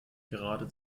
gerade